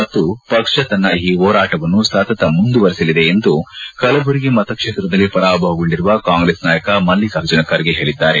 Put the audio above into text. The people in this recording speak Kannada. ಮತ್ತು ಪಕ್ಷ ತನ್ನ ಈ ಹೋರಾಟವನ್ನು ಸತತ ಮುಂದುವರೆಸಲಿದೆ ಎಂದು ಕಲಬುರಗಿ ಮತಕ್ಷೇತ್ರದಲ್ಲಿ ಪರಾಭವಗೊಂಡಿರುವ ಕಾಂಗ್ರೆಸ್ ನಾಯಕ ಮಲ್ಲಿಕಾರ್ಜುನ ಖರ್ಗೆ ಹೇಳಿದ್ದಾರೆ